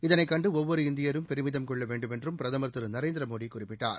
இதனை கண்டு ஒவ்வொரு இந்தியரும் பெருமிதம் கொள்ள வேண்டுமென்றும் பிரதமா் திரு நரேந்திரமோடி குறிப்பிட்டார்